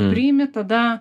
priimi tada